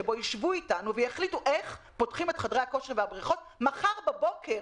שבו יישבו איתנו ויחליטו איך פותחים את חדרי הכושר והבריכות מחר בוקר,